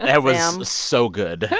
ah yeah was um so good,